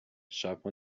شبها